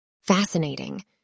Fascinating